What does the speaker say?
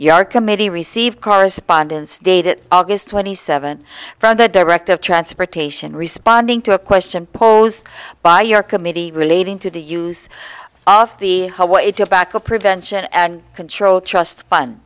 your committee received correspondence dated august twenty seventh from the director of transportation responding to a question posed by your committee relating to the use of the highway to backup prevention and control trust fun